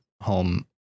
home